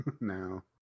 No